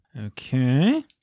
Okay